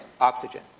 oxygen